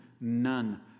none